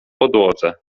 podłodze